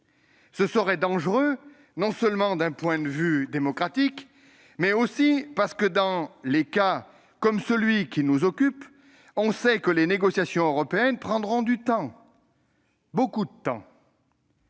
Ce serait dangereux, non seulement d'un point de vue démocratique, mais aussi parce que, dans les cas comme celui qui nous occupe, les négociations européennes prennent beaucoup de temps,